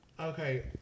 okay